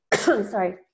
Sorry